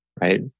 right